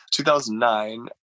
2009